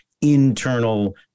internal